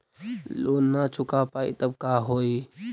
Loan न चुका पाई तब का होई?